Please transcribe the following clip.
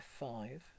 f5